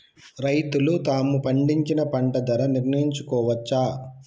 రైతులు తాము పండించిన పంట ధర నిర్ణయించుకోవచ్చా?